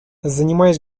занимаясь